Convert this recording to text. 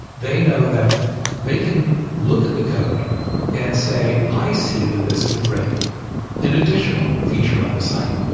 they know that they can look at the code and say, i see that this could break an additional feature on the site.